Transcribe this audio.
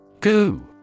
Goo